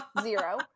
Zero